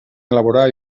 elaborar